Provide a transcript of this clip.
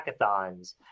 hackathons